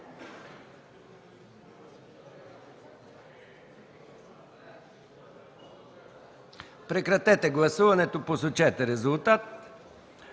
Прекратете гласуването и посочете резултат.